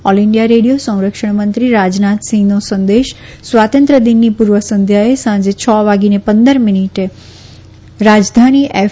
all India radio સંરક્ષણ મંત્રી રાજનાથ સિંહનો સંદેશ સ્વાતંત્ર્ય દિનની પુર્વ સંધ્યાએ સાંજે છ ને પંદર વાગે રાજધાની એફ